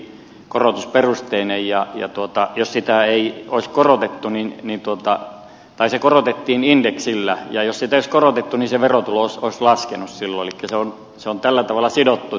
se korotettiin indeksillä ja jos sitä ei olisi korotettu niin ne tuottavat taisi korotettiin indeksillä ja jos se verotulo olisi laskenut silloin eli se on tällä tavalla sidottu tähän